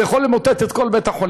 זה יכול למוטט את כל בית-החולים.